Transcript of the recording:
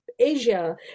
Asia